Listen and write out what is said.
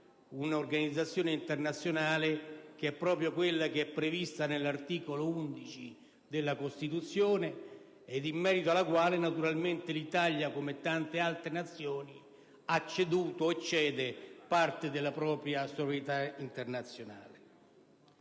un'organizzazione internazionale prevista nell'articolo 11 della Costituzione, alla quale naturalmente l'Italia, come tante altre Nazioni, ha ceduto e cede parte della propria sovranità internazionale.